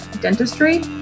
dentistry